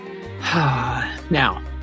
Now